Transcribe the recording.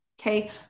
okay